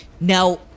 Now